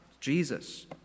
Jesus